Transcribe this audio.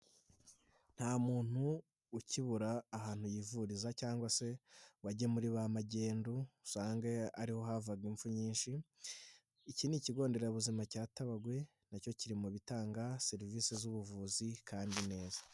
Nta muntu ukibura ahantu yivuriza cyangwa se ngo ajye muri ba magendu, usange ariho havaga ipfu nyinshi, iki ni ikigo nderabuzima cya Tabagwe nacyo kiri mu bitanga serivisi z'ubuvuzi kandi neza.